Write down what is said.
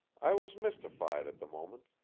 i was mystified at the moment,